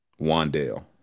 Wandale